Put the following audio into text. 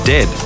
Dead